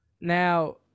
now